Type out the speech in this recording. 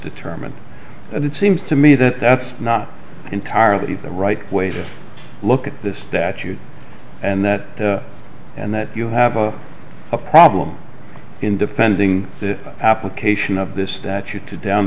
determine and it seems to me that that's not entirely the right way to look at the statute and that and that you have a problem in depending the application of this that